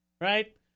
right